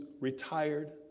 retired